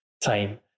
time